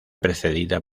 precedida